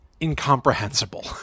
incomprehensible